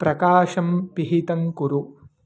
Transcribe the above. प्रकाशं पिहितं कुरु